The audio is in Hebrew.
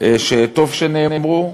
שטוב שנאמרו,